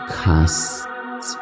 cast